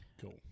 Cool